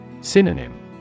Synonym